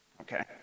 okay